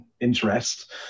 interest